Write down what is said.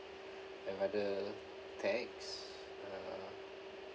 I'd rather text uh